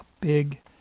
big